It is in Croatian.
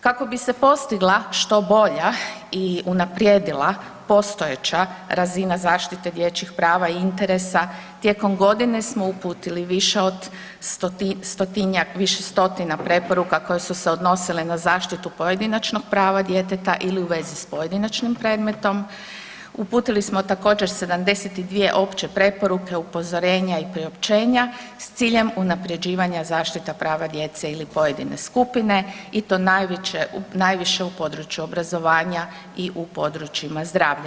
Kako bi se postigla što bolja i unaprijedila postojeća razina zaštite dječjih prava i interesa, tijekom godine smo uputili više stotina preporuka koje su se odnosile na zaštitu pojedinačnog prava djeteta ili u vezi s pojedinačnim predmetom, uputili smo također 72 opće preporuke, upozorenja i priopćenja s ciljem unapređivanja zaštite prava djece ili pojedine skupine i to najviše u području obrazovanja i u područjima zdravlja.